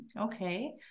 okay